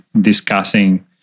discussing